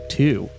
two